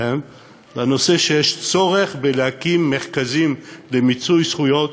הם לנושא של הצורך להקים מרכזים למיצוי זכויות